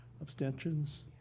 abstentions